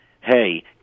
hey